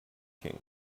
king